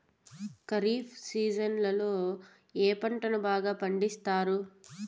ఖరీఫ్ సీజన్లలో ఏ పంటలు బాగా పండిస్తారు